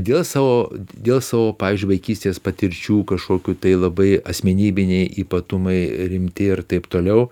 dėl savo dėl savo pavyzdžiui vaikystės patirčių kažkokių tai labai asmenybiniai ypatumai rimti ir taip toliau